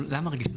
אבל למה רגישות?